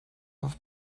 off